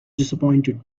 disappointed